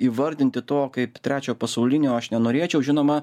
įvardinti to kaip trečiojo pasaulinio aš nenorėčiau žinoma